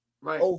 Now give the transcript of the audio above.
Right